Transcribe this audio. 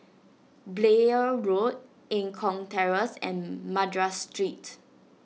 Blair Road Eng Kong Terrace and Madras Street